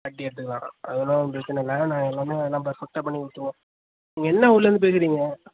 கட்டி எடுத்துக்கலாம் அதெல்லாம் ஒன்றும் பிரச்சனை இல்லை நான் எல்லாம் எல்லாம் பர்ஃபெக்ட்டாக பண்ணி கொடுத்துருவோம் நீங்கள் என்ன ஊரிலேருந்து பேசுகிறீங்க